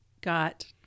got